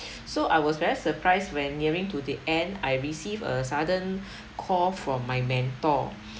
so I was very surprised when nearing to the end I receive a sudden call from my mentor